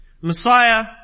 Messiah